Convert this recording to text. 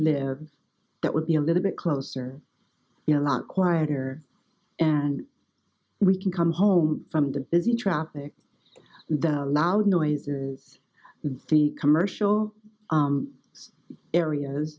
live that would be a little bit closer you know a lot quieter and we can come home from the busy traffic the loud noises with the commercial areas